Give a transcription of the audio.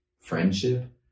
friendship